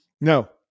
No